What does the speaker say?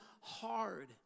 hard